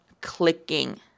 clicking